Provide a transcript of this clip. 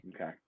okay